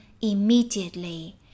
immediately